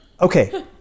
Okay